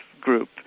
group